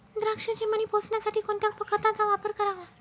द्राक्षाचे मणी पोसण्यासाठी कोणत्या खताचा वापर करावा?